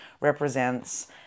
represents